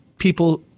people